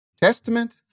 testament